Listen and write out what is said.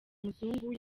muzungu